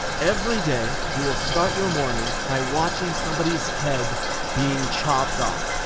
every day, you will start your morning by watching somebody's head being chopped off.